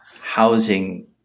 housing